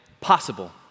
possible